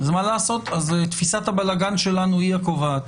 אז תפיסת הבלגן שלנו היא הקובעת.